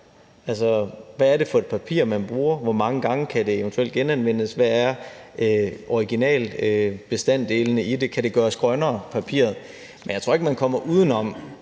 Hvad er det for et papir, man bruger? Hvor mange gange kan det eventuelt genanvendes? Hvad er originalbestanddelene i det? Kan det gøres grønnere, papiret? Men jeg tror ikke, man kommer uden om,